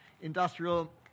industrial